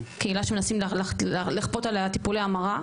קהילה שמנסים לכפות עליה טיפולי המרה,